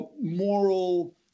moral